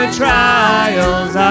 trials